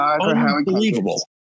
unbelievable